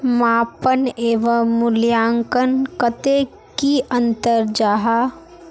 मापन एवं मूल्यांकन कतेक की अंतर जाहा?